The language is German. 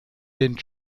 den